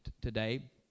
today